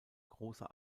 große